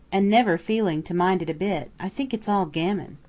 and never feeling to mind it a bit, i think it's all gammon.